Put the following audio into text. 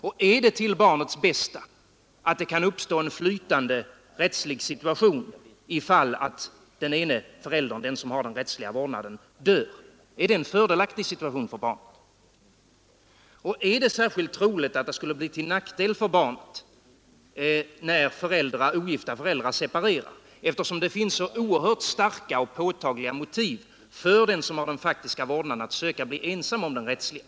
Och är det till barnets bästa att det kan uppstå en flytande rättslig situation om den ena föräldern dör, nämligen den som har den rättsliga vårdnaden? Är det en fördelaktig situation för barnet? Och är det särskilt troligt att det skulle bli till nackdel för barnet att ogifta föräldrar separerar, när det finns så oerhört starka och påtagliga motiv för den som har den faktiska vårdnaden att söka bli ensam om den rättsliga?